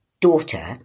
daughter